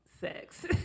sex